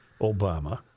Obama